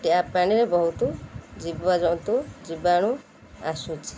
tap ପାଣିରେ ବହୁତ ଜୀବଜନ୍ତୁ ଜୀବାଣୁ ଆସୁଛି